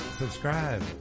subscribe